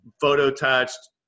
photo-touched